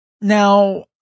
Now